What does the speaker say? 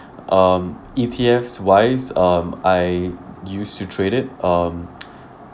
um E_T_Fs wise um I used to trade it um